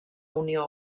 unió